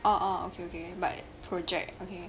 orh okay okay but project okay